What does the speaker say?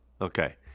okay